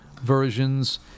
versions